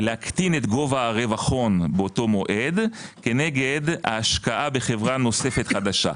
להקטין את גובה רווח הון באותו מועד כנגד השקעה בחברה נוספת חדשה.